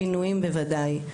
שינויים בוודאי.